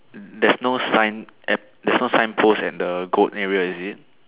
there's no signpost at there's no signpost and the goat area is it